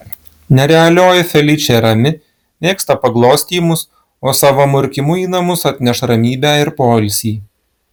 nerealioji feličė rami mėgsta paglostymus o savo murkimu į namus atneš ramybę ir poilsį